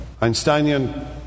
Einsteinian